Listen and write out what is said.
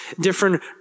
different